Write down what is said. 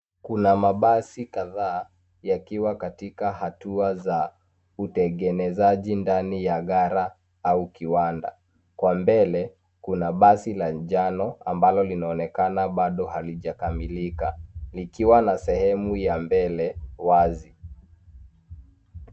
Kuna mabasi kadhaa yakiwa katika hatua ya utengenezaji ndani ya gala au kiwanda kwa mbele kuna basi la njano ambalo linaonekana bado halijakamilika likiwa na sehemu ya mbele wazi.